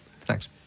Thanks